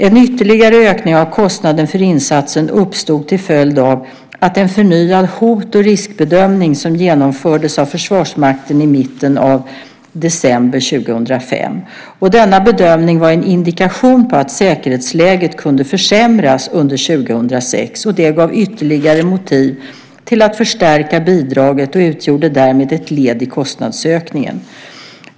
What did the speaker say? En ytterligare ökning av kostnaden för insatsen uppstod till följd av en förnyad hot och riskbedömning som genomfördes av Försvarsmakten i mitten av december 2005. Denna bedömning var en indikation på att säkerhetsläget kunde försämras under 2006. Detta gav ytterligare motiv till att förstärka bidraget och utgjorde därmed ett led i kostnadsökningen.